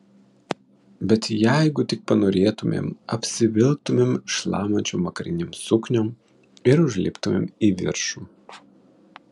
bet jeigu tik panorėtumėm apsivilktumėm šlamančiom vakarinėm sukniom ir užliptumėm į viršų